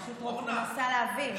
אני פשוט מנסה להבין.